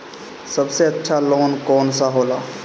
सबसे अच्छा लोन कौन सा होला?